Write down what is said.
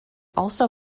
also